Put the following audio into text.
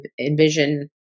envision